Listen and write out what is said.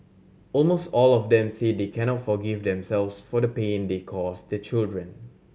almost all of them say they cannot forgive themselves for the pain they cause their children